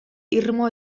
irmo